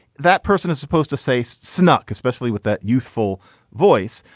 that person is supposed to say so sanuk, especially with that. youthful voice,